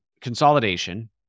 consolidation